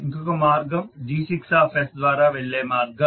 ఇంకొక మార్గం G6 ద్వారా వెళ్ళే మార్గం